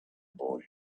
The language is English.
boy